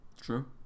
True